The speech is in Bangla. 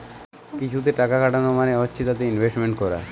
কিছুতে টাকা খাটানো মানে হচ্ছে তাতে ইনভেস্টমেন্ট করা